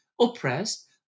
oppressed